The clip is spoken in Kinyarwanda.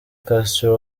castro